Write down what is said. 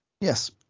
Yes